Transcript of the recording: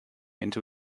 into